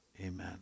Amen